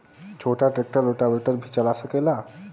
छोटा tractor rotavator भी चला सकेला?